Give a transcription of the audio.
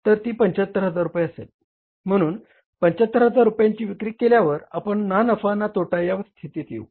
तर ती 75000 रुपये असेल म्हणून 75000 रुपयांची विक्री केल्यावर आपण ना नफा ना तोटा या स्थितीत असू